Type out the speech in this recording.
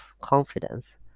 confidence